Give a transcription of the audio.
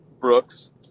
Brooks